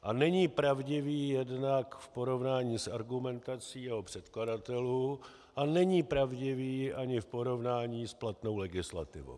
A není pravdivý jednak v porovnání s argumentací jeho předkladatelů a není pravdivý ani v porovnání s platnou legislativou.